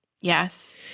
Yes